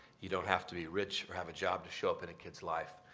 you don't have to be rich or have a job to show up in a kid's life.